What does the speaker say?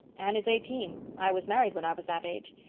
anne is eighteen i was married when i was that age.